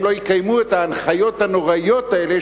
לא יקיימו את ההנחיות הנוראיות האלה,